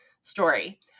story